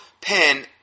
pen